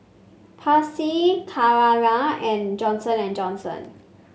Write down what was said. Persil Carrera and Johnson And Johnson